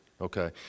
okay